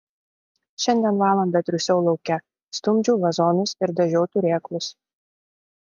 šiandien valandą triūsiau lauke stumdžiau vazonus ir dažiau turėklus